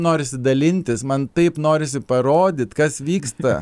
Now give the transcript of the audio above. norisi dalintis man taip norisi parodyt kas vyksta